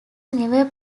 never